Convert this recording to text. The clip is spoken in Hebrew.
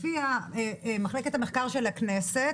לפי מחלקת המחקר של הכנסת